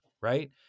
right